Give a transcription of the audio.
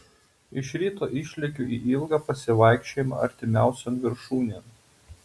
iš ryto išlekiu į ilgą pasivaikščiojimą artimiausion viršūnėn